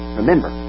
remember